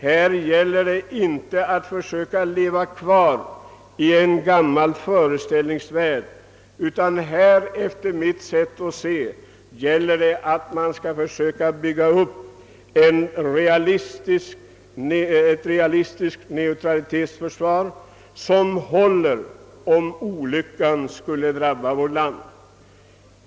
Här gäller det att inte leva kvar i en gammal föreställningsvärld, utan här gäller det, enligt mitt sätt att se, att man skall försöka bygga upp ett realistiskt neutralitetsförsvar som håller, om olyckan skulle drabba vårt land.